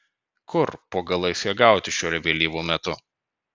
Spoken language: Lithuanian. kur po galais ją gauti šiuo vėlyvu metu